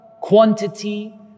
quantity